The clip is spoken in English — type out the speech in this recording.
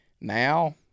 Now